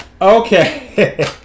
Okay